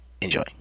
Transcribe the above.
Enjoy